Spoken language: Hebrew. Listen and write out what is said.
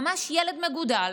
ממש ילד מגודל